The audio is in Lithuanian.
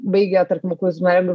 baigė aklųjų silpnaregių